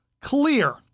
clear